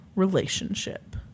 relationship